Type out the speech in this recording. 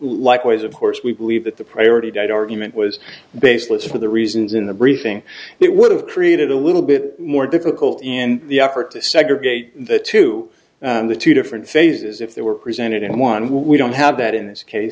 likewise of course we believe that the priority date argument was baseless for the reasons in the briefing it would have created a little bit more difficult in the effort to segregate the two the two different phases if they were presented and one we don't have that in this case